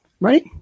right